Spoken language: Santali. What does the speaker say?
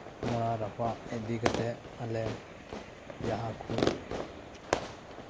ᱢᱚᱲᱟ ᱨᱟᱯᱟᱜ ᱤᱫᱤ ᱠᱟᱛᱮᱫ ᱟᱞᱮ ᱡᱟᱦᱟᱸ ᱠᱚ